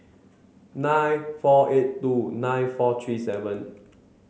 nine four eight two nine four three seven